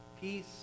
Peace